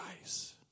guys